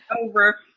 over